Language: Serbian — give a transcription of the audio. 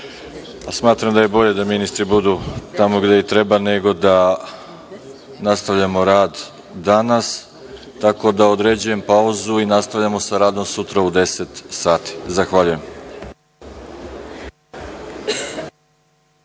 Smatram da je bolje da ministri budu tamo gde treba, nego da nastavljamo rad danas. Određujem pauzu. Nastavljamo sa radom sutra u 10,00 časova. Zahvaljujem.